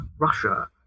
Russia